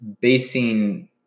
basing